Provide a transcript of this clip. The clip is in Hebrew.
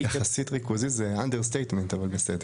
--- יחסית ריכוזי הוא under statement אבל בסדר.